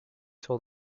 sort